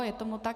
Je tomu tak.